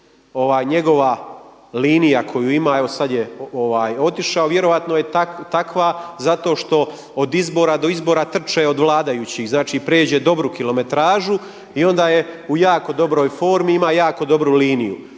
Njegova linija koju ima, evo sad je otišao, vjerojatno je takva zato što od izbora do izbora trče od vladajućih, znači prijeđe dobru kilometražu i onda je u jako dobroj formi, ima jako dobru liniju.